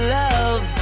love